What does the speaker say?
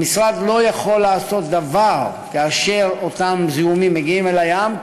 המשרד לא יכול לעשות דבר כאשר אותם זיהומים מגיעים אל הים,